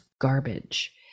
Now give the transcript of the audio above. garbage